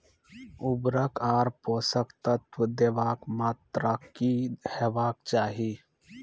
उर्वरक आर पोसक तत्व देवाक मात्राकी हेवाक चाही?